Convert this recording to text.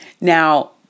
Now